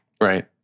right